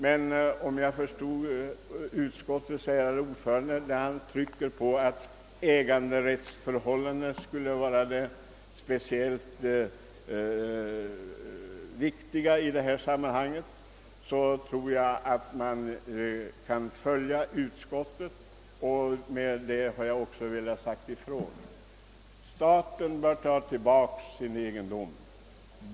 Men om jag förstod utskottets ärade ordförande rätt framhöll han att äganderättsförhållandena är det viktiga i detta sammanhang, och under sådana förhållanden anser jag att vi kan följa utskottet. Vad jag velat säga ifrån är att staten bör ta tillbaka sin egendom.